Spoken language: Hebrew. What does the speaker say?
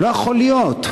לא יכול להיות.